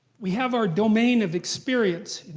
we have our domain of experience.